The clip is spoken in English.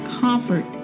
comfort